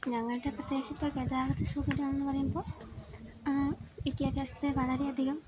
ഞങ്ങളുടെ പ്രദേശത്തെ ഗതാഗത സൗകര്യം എന്നു പറയുമ്പോൾ വിദ്യാഭ്യാസത്തെ വളരെ അധികം